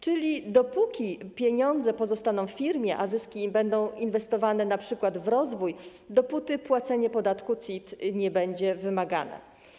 Czyli dopóki pieniądze pozostają w firmie, a zyski są inwestowane np. w rozwój, dopóty płacenie podatku CIT nie jest wymagane.